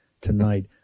tonight